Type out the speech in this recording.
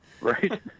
Right